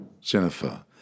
Jennifer